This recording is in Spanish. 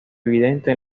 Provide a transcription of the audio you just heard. evidente